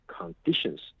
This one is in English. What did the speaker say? conditions